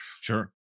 Sure